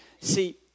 See